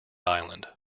island